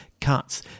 cuts